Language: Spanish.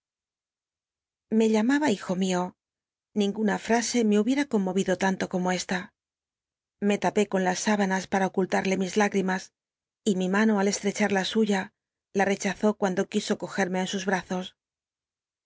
me llamaba hijo mio ninguna fra e me hubiera conmovido lanlo como esta me lapí con las s ibanas para ocultarle mis higrimas y mi mano al cslrccilar la suya la rechazó cuando qui o cogerme en sus brazos